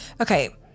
okay